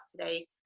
today